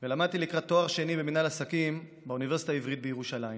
ולמדתי לקראת תואר שני במינהל עסקים באוניברסיטה העברית בירושלים.